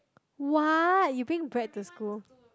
what you bring bread to school